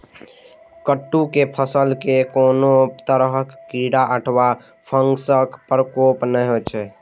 कट्टू के फसल मे कोनो तरह कीड़ा अथवा फंगसक प्रकोप नहि होइ छै